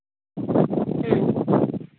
ᱦᱮᱸ